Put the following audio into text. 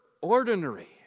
ordinary